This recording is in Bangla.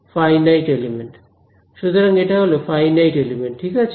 ছাত্র ফাইনাইট এলিমেন্ট সুতরাং এটা হল ফাইনাইট এলিমেন্ট ঠিক আছে